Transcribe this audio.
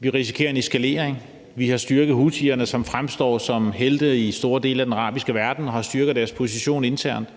Vi risikerer en eskalering. Vi har styrket houthierne, som fremstår som helte i store dele af den arabiske verden og har styrket deres position internt.